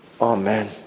Amen